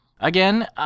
Again